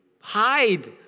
hide